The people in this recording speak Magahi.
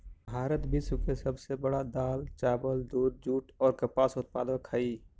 भारत विश्व के सब से बड़ा दाल, चावल, दूध, जुट और कपास उत्पादक हई